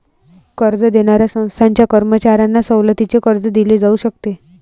कर्ज देणाऱ्या संस्थांच्या कर्मचाऱ्यांना सवलतीचे कर्ज दिले जाऊ शकते